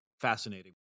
Fascinating